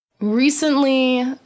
Recently